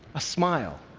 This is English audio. a smile,